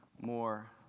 more